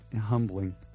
humbling